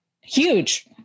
huge